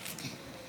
תודה רבה.